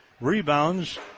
Rebounds